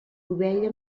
ovella